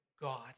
God